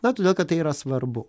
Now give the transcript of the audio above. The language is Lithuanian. na todėl kad tai yra svarbu